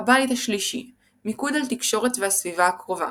הבית ה-3 - מיקוד על תקשורת והסביבה הקרובה.